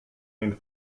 den